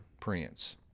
prince